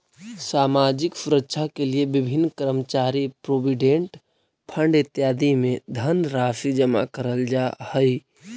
सामाजिक सुरक्षा के लिए विभिन्न कर्मचारी प्रोविडेंट फंड इत्यादि में धनराशि जमा करल जा हई